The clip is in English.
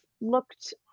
looked